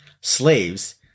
slaves